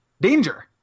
danger